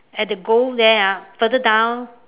at the goal there ah further down